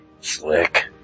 Slick